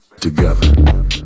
together